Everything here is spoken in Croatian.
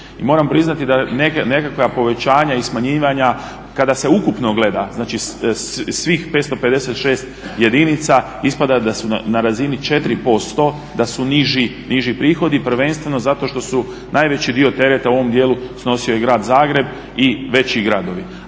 I moram priznati da nekakva povećanja i smanjivanja kada se ukupno gleda, znači svih 556 jedinica ispada da su na razini 4% da su niži prihodi prvenstveno zato što su najveći dio tereta u ovom dijelu snosio je grad Zagreb i veći gradovi.